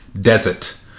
desert